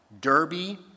Derby